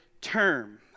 term